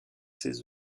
ses